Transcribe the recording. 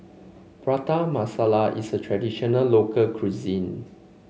Prata Masala is a traditional local cuisine